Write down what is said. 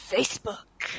Facebook